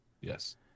yes